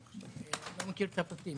לא מכירים את הפרטים.